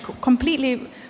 completely